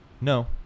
No